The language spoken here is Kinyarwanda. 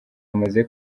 bamaze